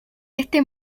este